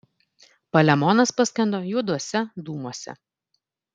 palemonas paskendo juoduose dūmuose